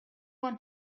want